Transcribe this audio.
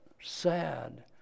sad